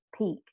peak